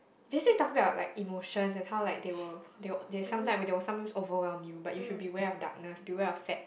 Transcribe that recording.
basically talking about like emotions and how like they will they will they sometimes they will sometimes overwhelm you buy if you beware of darkness beware of sad